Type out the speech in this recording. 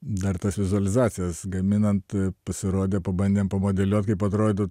dar tas vizualizacijas gaminant pasirodė pabandėm pamodeliuoti kaip atrodo